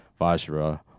Vajra